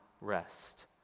rest